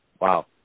Wow